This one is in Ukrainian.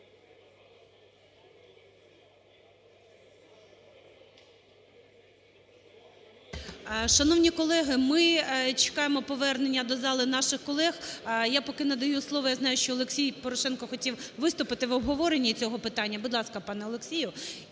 Шановні колеги, ми чекаємо повернення до зали наших колег. Я поки надаю слово, я знаю, що Олексій Порошенко хотів виступити в обговоренні цього питання. Будь ласка, пане Олексію.